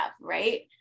right